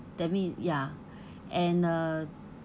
that mean ya and uh